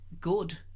good